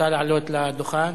רוצה לעלות לדוכן?